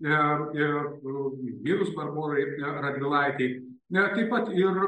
ir ir mirus barborai radvilaitei na taip pat ir